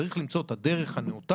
צריך למצוא את הדרך הנאותה,